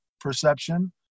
perception